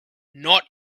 not